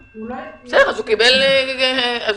בסדר, אז הוא קיבל מענקים.